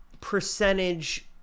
percentage